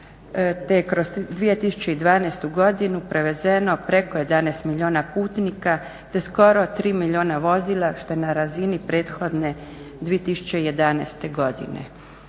je kroz 2012. godinu prevezeno preko 11 milijuna putnika, te skoro 3 milijuna vozila što je na razini prethodne 2011. godine.